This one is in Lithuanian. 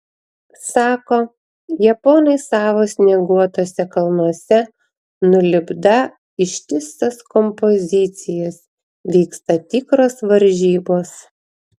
sako japonai savo snieguotuose kalnuose nulipdą ištisas kompozicijas vyksta tikros varžybos